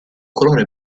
colore